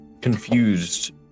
Confused